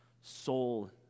soul